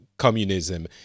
communism